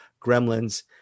Gremlins